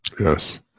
yes